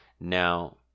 Now